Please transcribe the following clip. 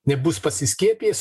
nebus pasiskiepijęs